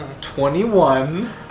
Twenty-one